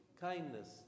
kindness